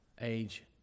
age